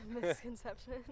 misconception